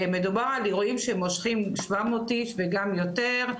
מדובר על אירועים שמושכים 700 איש וגם יותר,